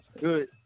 good